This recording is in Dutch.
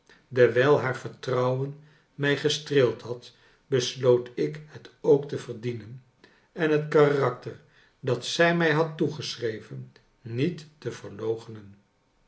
dewijl haar vertrouwen mij gestreeld had besloot ik het ook te verdienen en het karakter dat zij mij had toegeschreven niet te verloochenen